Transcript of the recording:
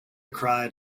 cried